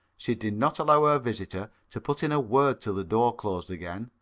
she did not allow her visitor to put in a word till the door closed again.